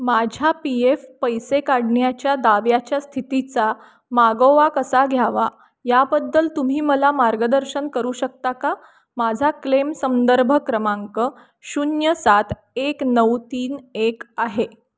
माझ्या P F पैसे काढण्याच्या दाव्याच्या स्थितीचा मागोवा कसा घ्यावा याबद्दल तुम्ही मला मार्गदर्शन करू शकता का माझा क्लेम संदर्भ क्रमांक शून्य सात एक नऊ तीन एक आहे